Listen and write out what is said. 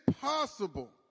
possible